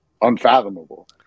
unfathomable